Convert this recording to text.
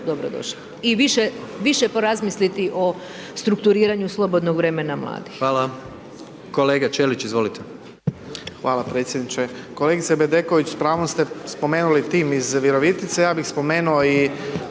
dobro došla. I više porazmisliti o strukturiranju slobodnog vremena mladih. **Jandroković, Gordan (HDZ)** Kolega Ćelić, izvolite. **Ćelić, Ivan (HDZ)** Hvala predsjedniče. Kolegice Bedeković, s pravom ste spomenuli tim iz Virovitice, ja bih spomenuo i